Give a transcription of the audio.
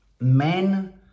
men